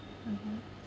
mmhmm